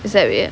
it's like w~